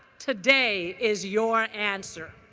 today is your answer.